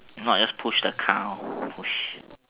no I just push the car push